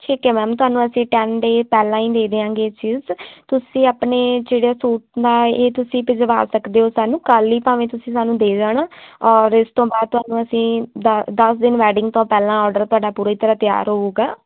ਠੀਕ ਹੈ ਮੈਮ ਤੁਹਾਨੂੰ ਅਸੀਂ ਟੈਨ ਡੇਅ ਪਹਿਲਾਂ ਹੀ ਦੇ ਦਿਆਂਗੇ ਇਹ ਚੀਜ਼ ਤੁਸੀਂ ਆਪਣੇ ਜਿਹੜੇ ਇਹ ਸੂਟ ਨਾਲ ਇਹ ਤੁਸੀਂ ਪਜਵਾ ਸਕਦੇ ਹੋ ਸਾਨੂੰ ਕੱਲ੍ਹ ਹੀ ਭਾਵੇਂ ਤੁਸੀਂ ਸਾਨੂੰ ਦੇ ਜਾਣਾ ਔਰ ਇਸ ਤੋਂ ਬਾਅਦ ਤੁਹਾਨੂੰ ਅਸੀਂ ਦਸ ਦਸ ਦਿਨ ਵੈਡਿੰਗ ਤੋਂ ਪਹਿਲਾਂ ਓਰਡਰ ਤੁਹਾਡਾ ਪੂਰੀ ਤਰ੍ਹਾ ਤਿਆਰ ਹੋਊਗਾ